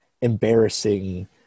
embarrassing